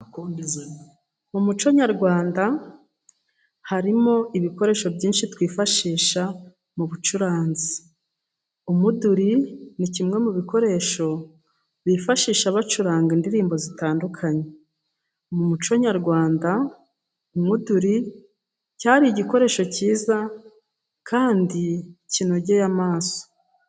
Mu muco nyarwanda, harimo ibikoresho byinshi twifashisha mu bucuranzi. Umuduri, ni kimwe mu bikoresho bifashisha bacuranga indirimbo zitandukanye. Mu muco nyarwanda, umuduri cyari igikoresho cyiza, kandi kinogeye amaso.